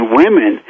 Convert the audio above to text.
women